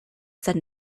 said